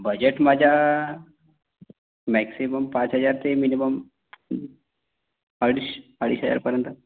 budget माझा maximum पाच हजार ते मिनिमम अडीश अडीच हजारपर्यंत